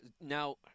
Now